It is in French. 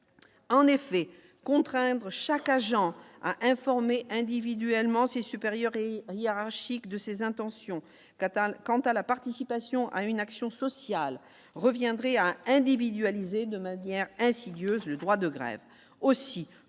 En effet contraindre chaque agent à informer individuellement ses supérieurs et hiérarchique de ses intentions, Catane quant à la participation à une action sociale reviendrait à individualiser de manière insidieuse, le droit de grève